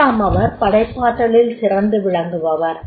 மூன்றாமவர் படைப்பாற்றலில் சிறந்து விளங்குபவர்